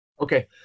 Okay